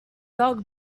dog